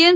એમ